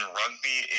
rugby